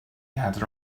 had